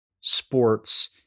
sports